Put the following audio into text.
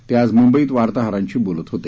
ते आज मुंबईत वार्ताहरांशी बोलत होते